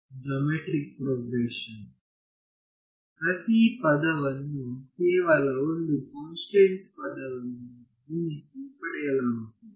geometric progression ಪ್ರತಿ ಪದವನ್ನು ಕೇವಲ ಒಂದು ಕಾನ್ಸ್ಟೆಂಟ್ ಪದವನ್ನು ಗುಣಿಸಿ ಪಡೆಯಲಾಗುತ್ತದೆ